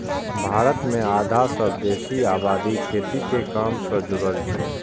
भारत मे आधा सं बेसी आबादी खेती के काम सं जुड़ल छै